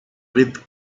with